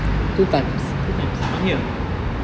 two times one year